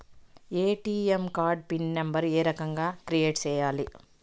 ATM card PIN number ఏ రకంగా create సేయాలి